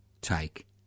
take